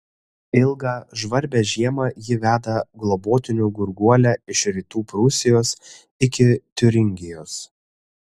ilgą žvarbią žiemą ji veda globotinių gurguolę iš rytų prūsijos iki tiuringijos